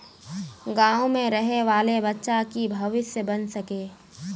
गाँव में रहे वाले बच्चा की भविष्य बन सके?